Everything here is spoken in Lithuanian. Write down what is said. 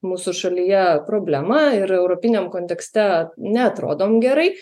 mūsų šalyje problemą ir europiniam kontekste neatrodom gerai